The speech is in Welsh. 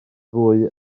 fwy